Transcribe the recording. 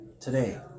today